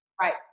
Right